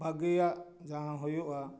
ᱵᱷᱟᱹᱜᱤᱭᱟᱜ ᱡᱟᱦᱟᱸ ᱦᱩᱭᱩᱜᱼᱟ